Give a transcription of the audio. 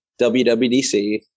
WWDC